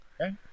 Okay